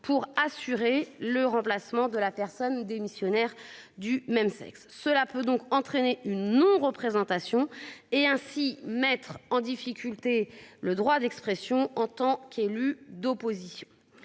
pour assurer le remplacement de la personne démissionnaire du même sexe. Cela peut donc entraîner une non représentation et ainsi mettre en difficulté le droit d'expression en tant qu'élu d'opposition.